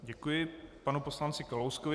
Děkuji panu poslanci Kalouskovi.